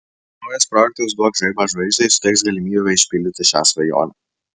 naujas projektas duok žaibą žvaigždei suteiks galimybę išpildyti šią svajonę